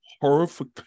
horrific